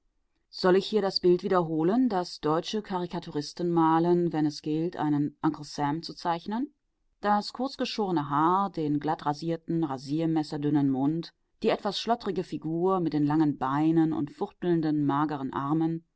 soll ich hier das bild wiederholen das deutsche karikaturisten malen wenn es gilt einen uncle sam zu zeichnen das kurzgeschorene haar den glattrasierten rasiermesserdünnen mund die etwas schlottrige figur mit den langen beinen und fuchtelnden mageren armen